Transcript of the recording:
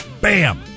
Bam